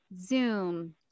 Zoom